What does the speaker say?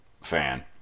fan